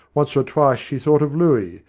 once or twice she thought of looey,